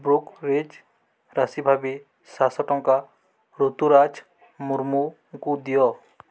brokerage ରାଶି ଭାବେ ସାତଶହ ଟଙ୍କା ରୁତୁରାଜ ମୁର୍ମୁଙ୍କୁ ଦିଅ